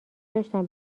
داشتم